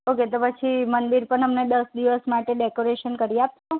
okay તો પછી મંદિર પણ અમને દસ દિવસ માટે ડેકોરેશન કરી આપસો